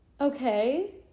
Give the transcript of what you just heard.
okay